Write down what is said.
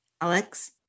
Alex